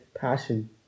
passion